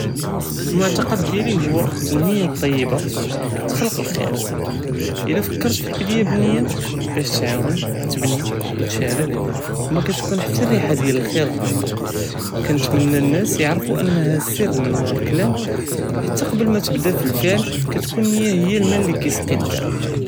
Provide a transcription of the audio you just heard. אלמעתקד דיאלי הואא אלניה אלטיבה תכלוק אלחיר, אידא פקרת פי אלבדיה ב אלניה, באש תעאונ, תבני, ו תשתארק, ו מא کتכון חתא ריחה דיאל אלחיר ג'אלטה, קנתמנה אלנאס יערפו אנהא סר מן ורא אלקלם חתא קבל מא תבדה פי אלפעל, كتكون النية هي الماء لي كيسقي الدرب.